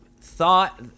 thought